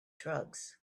drugs